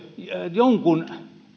jonkun